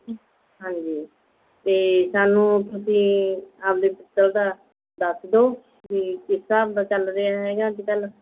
ਹਾਂਜੀ ਅਤੇ ਸਾਨੂੰ ਤੁਸੀਂ ਆਪਦੇ ਪਿੱਤਲ ਦਾ ਦੱਸ ਦਿਓ ਵੀ ਕਿਸ ਹਿਸਾਬ ਦਾ ਚੱਲ ਰਿਹਾ ਹੈਗਾ ਅੱਜ ਕੱਲ੍ਹ